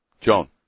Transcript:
John